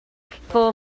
full